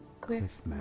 Cliff